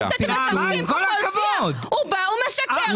בתיאוריה היא המציאות.